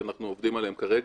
שאנחנו עובדים עליהם כרגע,